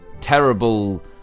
terrible